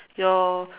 your